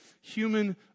human